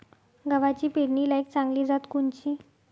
गव्हाची पेरनीलायक चांगली जात कोनची?